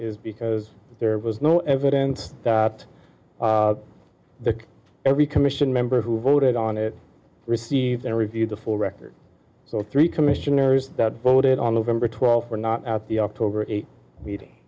is because there was no evidence that the every commission member who voted on it received and reviewed the full record so three commissioners that voted on november twelfth were not at the october